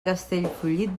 castellfollit